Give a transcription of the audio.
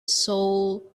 soul